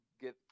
get